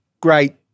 great